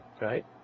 right